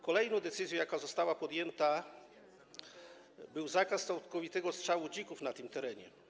Kolejną decyzją, jaka została podjęta, był zakaz całkowitego odstrzału dzików na tym terenie.